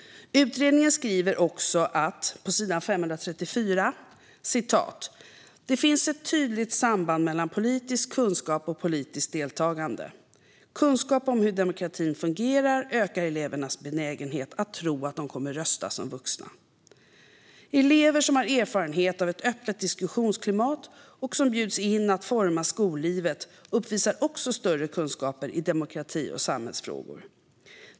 Utredningen skriver också på s. 534: "Det finns ett tydligt samband mellan politisk kunskap och politiskt deltagande. Kunskap om hur demokratin fungerar ökar elevernas benägenhet att tro att de kommer rösta som vuxna. Elever som har erfarenhet av ett öppet diskussionsklimat och som bjuds in att forma skollivet uppvisar också större kunskaper i demokrati och samhällsfrågor.